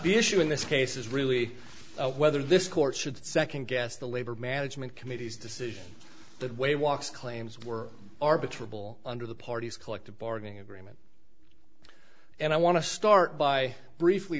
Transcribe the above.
the issue in this case is really whether this court should second guess the labor management committees decision the way walks claims were arbiter bl under the party's collective bargaining agreement and i want to start by briefly